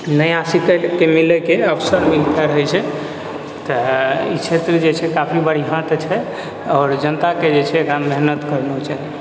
नया सिखयके मिलयके अवसर मिलते रहैत छै तऽ ई क्षेत्र जे छै काफी बढ़िआँ तऽ छै आओर जनताके जे छै मेहनत करना चाही